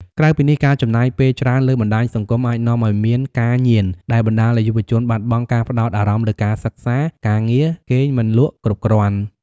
ក្រៅពីនេះការចំណាយពេលច្រើនលើបណ្តាញសង្គមអាចនាំឲ្យមាន ការញៀន ដែលបណ្តាលឲ្យយុវជនបាត់បង់ការផ្តោតអារម្មណ៍លើការសិក្សា ការងារ គេងមិនលក់គ្រប់គ្រាន់ ។